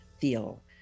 Feel